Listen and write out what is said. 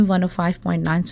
105.9